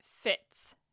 fits